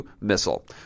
missile